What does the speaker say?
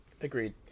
agreed